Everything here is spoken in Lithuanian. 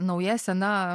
nauja sena